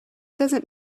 doesn’t